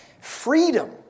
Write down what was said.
freedom